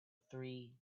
three